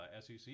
SEC